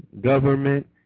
government